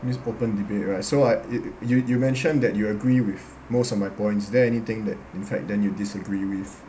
this is open debate right so I it you you mentioned that you agree with most of my points is there anything that in fact then you disagree with